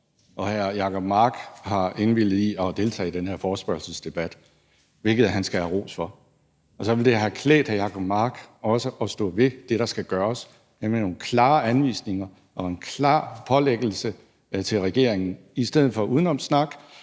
og hr. Jacob Mark har indvilget i at deltage i den her forespørgselsdebat, hvilket han skal have ros for. Og så ville det også have klædt hr. Jacob Mark at stå ved det, der skal gøres, nemlig at lave nogle klare anvisninger og en klar pålæggelse til regeringen i stedet for at komme